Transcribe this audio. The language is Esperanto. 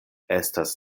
estas